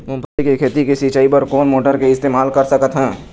मूंगफली के खेती के सिचाई बर कोन मोटर के इस्तेमाल कर सकत ह?